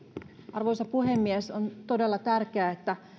arvoisa puhemies on todella tärkeää että